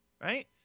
right